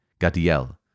Gadiel